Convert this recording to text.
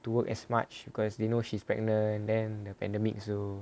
to work as much because they know she's pregnant then the pandemic so